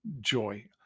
joy